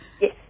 Yes